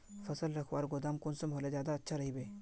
फसल रखवार गोदाम कुंसम होले ज्यादा अच्छा रहिबे?